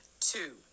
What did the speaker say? two